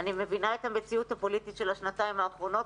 אני מבינה את המציאות הפוליטית של השנתיים האחרונות,